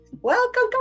Welcome